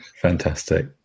Fantastic